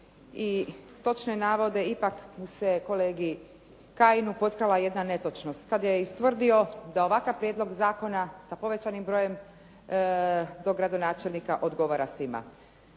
i točne navode ipak se kolegi Kajinu potkrala jedna netočnost kada je ustvrdio da ovakav Prijedlog zakona sa povećanim brojem dogradonačelnika odgovara svima.